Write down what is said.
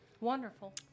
Wonderful